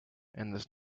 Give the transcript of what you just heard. there’s